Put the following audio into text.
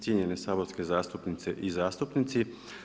Cijenjene saborske zastupnice i zastupnici.